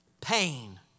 pain